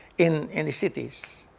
in and the cities,